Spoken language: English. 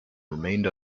remained